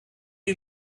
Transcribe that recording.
you